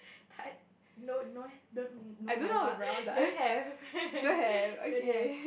tart no no don't no have [la] don't have don't have